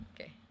Okay